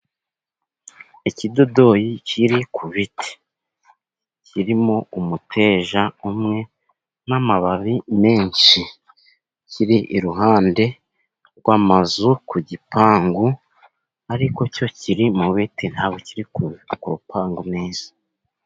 Ikidodori kiri ku biti. Kirimo umuteja umwe n'amababi menshi. Kiri iruhande rw'amazu ku gipangu, ariko cyo kiri mu biti nta bwo kiri ku rupangu neza.